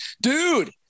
dude